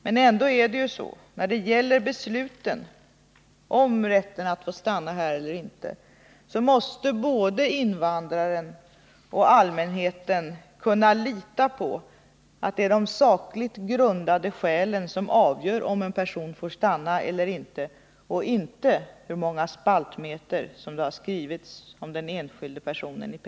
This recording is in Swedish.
Men ändå är det ju så när det gäller besluten om rätten att få stanna här eller inte att både invandraren och allmänheten skall kunna lita på att det är de sakligt grundade skälen som avgör om en person får stanna eller inte och inte hur många spaltmeter som det har skrivits i pressen om den enskilde personen.